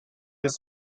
this